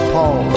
Paul